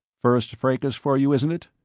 first fracas for you, isn't it?